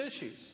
issues